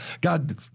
God